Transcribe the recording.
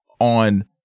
on